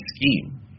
scheme